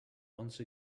once